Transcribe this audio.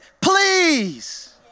Please